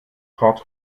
port